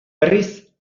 berriz